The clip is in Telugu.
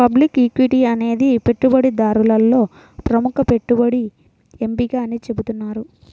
పబ్లిక్ ఈక్విటీ అనేది పెట్టుబడిదారులలో ప్రముఖ పెట్టుబడి ఎంపిక అని చెబుతున్నారు